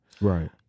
right